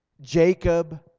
Jacob